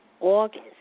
August